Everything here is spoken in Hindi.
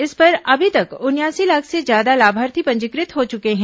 इस पर अभी तक उनयासी लाख से ज्यादा लाभार्थी पंजीकृत हो चुके हैं